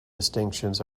distinctions